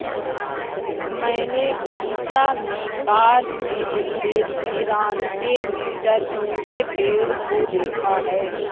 मैंने उड़ीसा में पार्क में स्थित तिरानवे मीटर ऊंचे पेड़ को देखा है